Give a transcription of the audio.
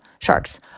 Sharks